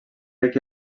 ric